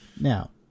Now